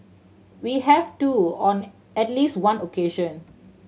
we have too on at least one occasion